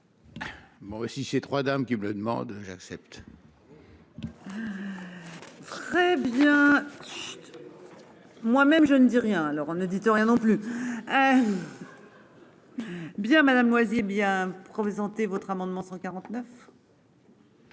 Ces 3 dames qui me le demande j'accepte. Très bien. Moi-même je ne dis rien alors ne dites rien non plus. Bien madame. Voyez bien présenter votre amendement 149.